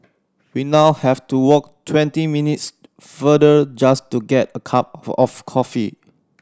we now have to walk twenty minutes further just to get a cup of coffee